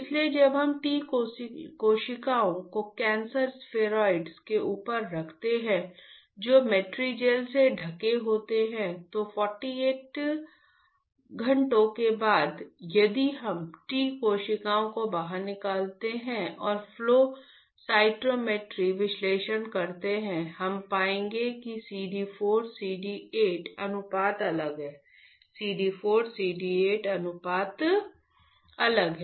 इसलिए जब हम T कोशिकाओं को कैंसर स्फेरॉइड के ऊपर रखते हैं जो मैट्रीगेल से ढके होते हैं तो 48 घंटों के बाद यदि हम T कोशिकाओं को बाहर निकालते हैं और फ्लो साइटोमेट्री विश्लेषण करते हैं हम पाएंगे कि CD 4 CD 8 अनुपात अलग है CD 4 CD 8 अनुपात अलग है